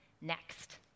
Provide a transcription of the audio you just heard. next